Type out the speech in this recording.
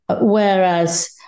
Whereas